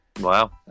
Wow